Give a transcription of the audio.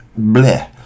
Bleh